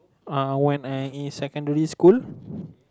uh when I in secondary school